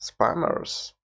spammers